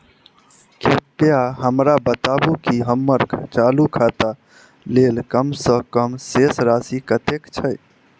कृपया हमरा बताबू की हम्मर चालू खाता लेल कम सँ कम शेष राशि कतेक छै?